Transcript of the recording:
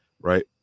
right